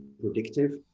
predictive